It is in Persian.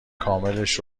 کاملش